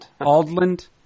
Aldland